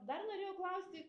dar norėjau klausti